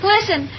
Listen